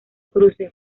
cruce